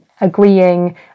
agreeing